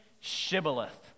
Shibboleth